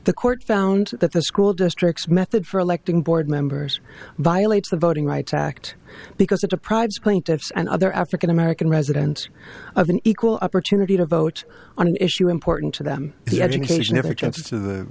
the court found that the school district's method for electing board members violates the voting rights act because it deprives plaintiffs and other african american residents of an equal opportunity to vote on an issue important to them the education their chance of to the